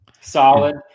solid